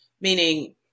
Meaning